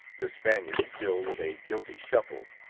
the spaniard, still with a guilty shuffle,